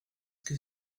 que